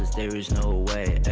no way